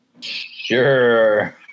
Sure